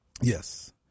Yes